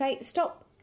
Stop